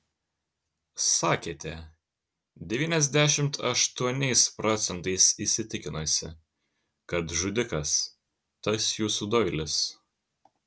sakėte devyniasdešimt aštuoniais procentais įsitikinusi kad žudikas tas jūsų doilis